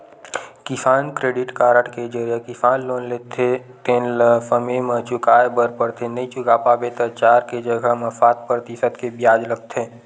किसान credit card के जरिए किसान लोन लेथे तेन ल समे म चुकाए बर परथे नइ चुका पाबे त चार के जघा म सात परतिसत के बियाज लगथे